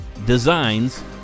designs